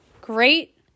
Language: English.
Great